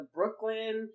Brooklyn